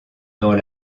dans